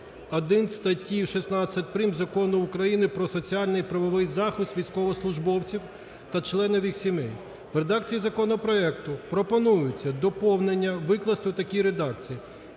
1 статті 16 прим. Закону України "Про соціальний і правовий захист військовослужбовців та їх сімей". В редакції законопроекту пропонується доповнення викласти в такій редакції: